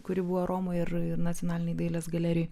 kuri buvo romoje ir ir nacionalinėj dailės galerijoj